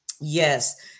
yes